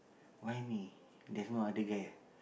why me there's no other guy ah